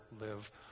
live